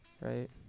Right